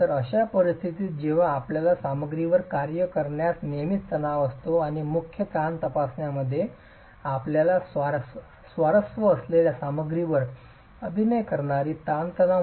तर अशा परिस्थितीत जेव्हा आपल्याला सामग्रीवर कार्य करण्यास नेहमीच ताणतणाव असतो आणि मुख्य ताण तपासण्यामध्ये आपल्याला स्वारस्य असलेल्या सामग्रीवर अभिनय करणारी ताणतणाव